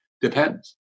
Depends